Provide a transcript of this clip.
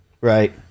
Right